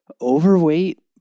overweight